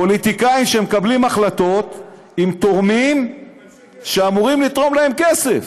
פוליטיקאים שמקבלים החלטות עם תורמים שאמורים לתרום להם כסף.